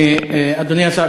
אדוני השר,